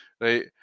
Right